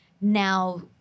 now